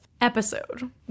episode